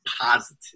positive